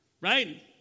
right